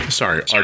Sorry